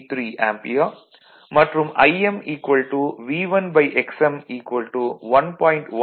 383 ampere மற்றும் Im V1Xm 1